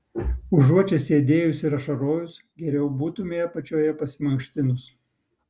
užuot čia sėdėjus ir ašarojus geriau būtumei apačioje pasimankštinus